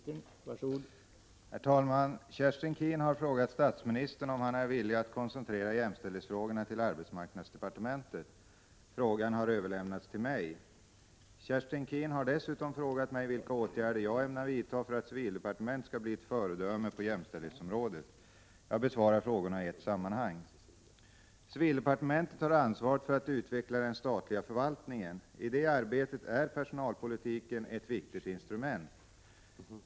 Herr talman! Kerstin Keen har frågat statsministern om han är villig att koncentrera jämställdhetsfrågorna till arbetsmarknadsdepartementet. Frågan har överlämnats till mig. Kerstin Keen har dessutom frågat mig vilka åtgärder jag ämnar vidta för att civildepartementet skall bli ett föredöme på jämställdhetsområdet. Jag besvarar frågorna i ett sammanhang. Civildepartementet har ansvaret för att utveckla den statliga förvaltningen. I det arbetet är personalpolitiken ett viktigt instrument.